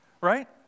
right